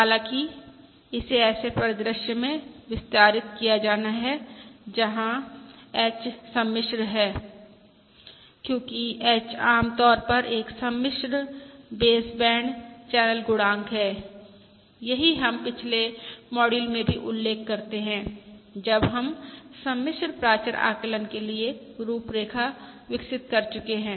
हालांकि इसे ऐसे परिदृश्य में विस्तारित किया जाना है जहां h सम्मिश्र है क्योंकि h आमतौर पर एक सम्मिश्र बेसबैंड चैनल गुणांक है यही हम पिछले मॉड्यूल में भी उल्लेख करते हैं जब हम सम्मिश्र प्राचर आकलन के लिए रूपरेखा विकसित कर चुके हैं